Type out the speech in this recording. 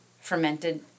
fermented